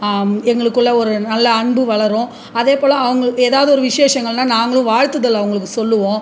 எங்களுக்குள்ள ஒரு நல்ல அன்பு வளரும் அதேபோல் அவங்கள் ஏதாவது ஒரு விசேஷங்கள்னா நாங்களும் வாழ்த்துதல் அவங்களுக்கு சொல்லுவோம்